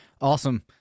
Awesome